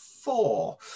four